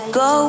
go